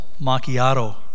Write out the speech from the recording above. macchiato